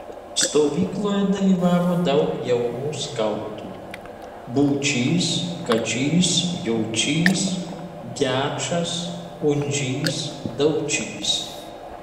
stovykloje dalyvavo daug jaunų skautų būčys kadžys jočys gečas undžys daučys